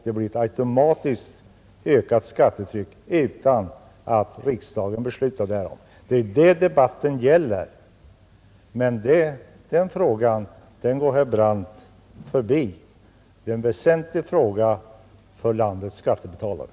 Det blir ett automatiskt ökat skattetryck utan att riksdagen beslutar därom. Det är det debatten gäller, men den frågan går herr Brandt förbi. Det är en väsentlig fråga för landets skattebetalare.